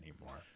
anymore